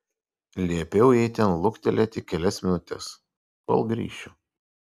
liepiau jai ten luktelėti kelias minutes kol grįšiu